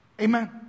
Amen